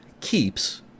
keeps